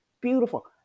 beautiful